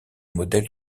modèle